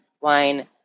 wine